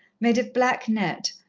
made of black net,